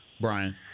Brian